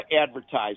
advertising